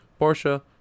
porsche